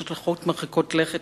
לגזירה הזאת יש השלכות מרחיקות לכת.